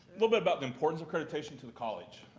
a little bit about the importance of accreditation to the college.